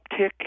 uptick